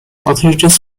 authorities